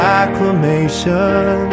acclamation